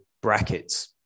brackets